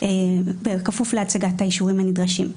כפוף להצגת האישורים הנדרשים.